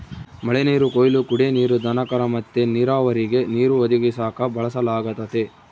ಮಳೆನೀರು ಕೊಯ್ಲು ಕುಡೇ ನೀರು, ದನಕರ ಮತ್ತೆ ನೀರಾವರಿಗೆ ನೀರು ಒದಗಿಸಾಕ ಬಳಸಲಾಗತತೆ